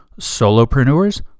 solopreneurs